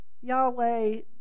Yahweh